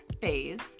phase